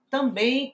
também